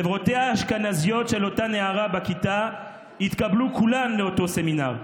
חברותיה האשכנזיות של אותה נערה בכיתה התקבלו כולן לאותו סמינר,